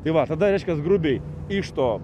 tai va tada reiškias grubiai iš to